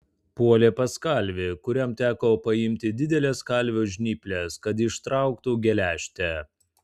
puolė pas kalvį kuriam teko paimti dideles kalvio žnyples kad ištrauktų geležtę